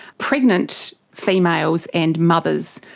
pregnant females and mothers,